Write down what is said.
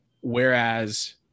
whereas